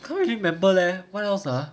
can't really remember leh what else ah